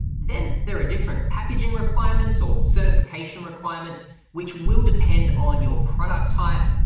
then there are different packaging requirements or certification requirements which will depend on your product type.